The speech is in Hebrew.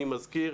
אני מזכיר,